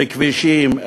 בכבישים,